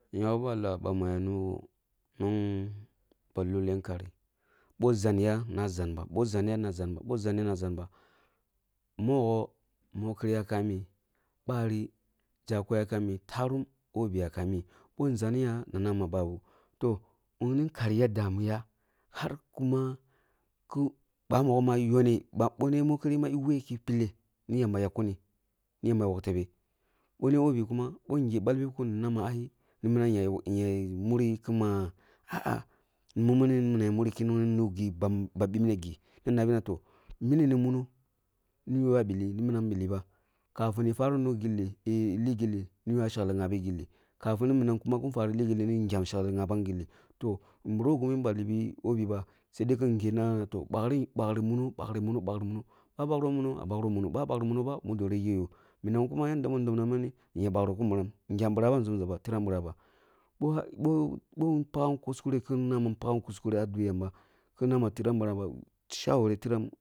Ya wo ba lah bamu ya nuh nong ba lulleh kari boh zanya na zanba boh zanya na zanba boh zany na zanba mogho mokini yakam ah mi, bari chaku yakam ah mi tarum bobi yakam ah mi bon zanya nama babu, toh bini kari ya damia har kuma ku bamogho ma yohneh baboni mikiri ma eh weh ki pilleh bi yamba yam kuni, ni yamba ni yakkuni, ni yamba ya wok tebe beni bobi kuma boh ngeh balbikun nama ai ni minam muri nina ya nuh ba bipngu na nabi na toh, mini ni muno niyi yoh ya billi ni munam billi ba, kafini ka fari nugilli ligilli niyoh shekhi ghabi ni ngyam shekli ghaban gilli toh buro gimi ballibi bobiba sedeki ghe nama bak bakri muno bakri muno bakri muno, ba bakromuno yah bakro muno ba bakri muno ba ah bakri mumoba mudo rege yoh minam kuma yadda mi dobna mini ya bakri ka muram ngyam biraha nzumzaba tiram biraba boh boh boh pagham kuskure kin nam ma pagham kuskure ah dweh yamba ki nama tiram biraba, sheware tiram.